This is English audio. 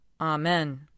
Amen